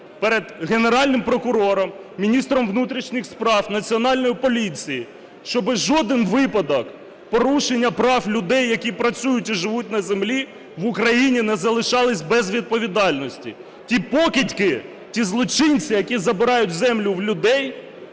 перед Генеральним прокурором, міністром внутрішніх справ, Національною поліцією, щоб жоден випадок порушення прав людей, які працюють і живуть на землі, в Україні не залишався без відповідальності. Ті покидьки, ті злочинці, які забирають землю в людей,